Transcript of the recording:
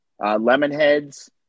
Lemonheads